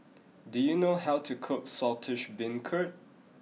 do you know how to cook Saltish Beancurd